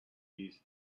east